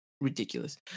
ridiculous